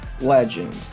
legend